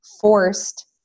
forced